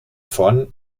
font